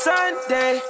Sunday